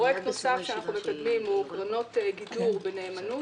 פרויקט נוסף שאנחנו מקדמים הוא קרנות גידור בנאמנות,